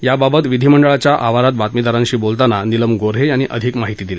याबाबत विधिमंडळाच्या आवारात बातमीदारांशी बोलताना नीलम गोऱ्हे यांनी अधिक माहिती दिली